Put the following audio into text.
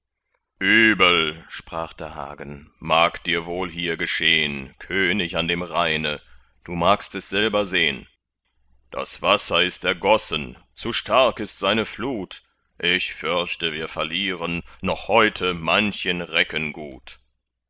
übel sprach da hagen mag dir wohl hier geschehn könig an dem rheine du magst es selber sehn das wasser ist ergossen zu stark ist seine flut ich fürchte wir verlieren noch heute manchen recken gut